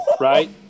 right